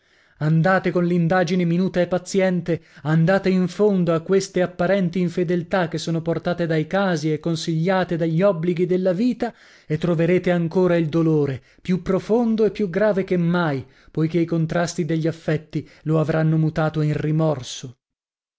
andate coll'indagine minuta e paziente andate in fondo a queste apparenti infedeltà che sono portate dai casi e consigliate dagli obblighi della vita e troverete ancora il dolore più profondo e più grave che mai poichè i contrasti degli affetti lo avranno mutato in rimorso